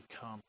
come